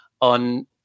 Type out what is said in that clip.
on